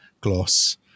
gloss